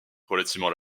relativement